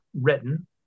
written